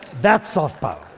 that's soft power.